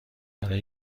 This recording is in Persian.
برای